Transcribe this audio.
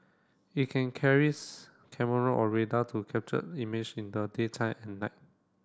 it can carries camera or radar to captured image in the daytime and night